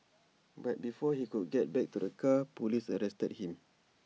but before he could get back to the car Police arrested him